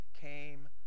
came